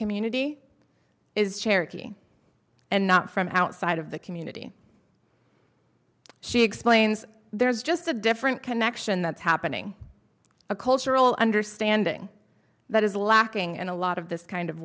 community is cherokee and not from outside of the community she explains there's just a different connection that's happening a cultural understanding that is lacking and a lot of this kind of